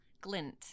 glint